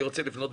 מה שלומך?